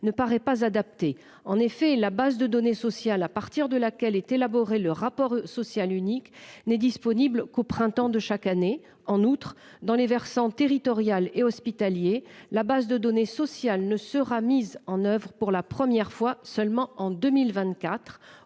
ne paraît pas adapté en effet la base de données sociales à partir de laquelle est élaboré le rapport social unique n'est disponible qu'au printemps de chaque année en outre dans les versants territorial et hospitalier. La base de données sociales ne sera mise en oeuvre pour la première fois seulement en 2024